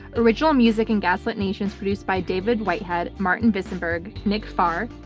original music in gaslit nation is produced by david whitehead, martin visenberg, nick farr,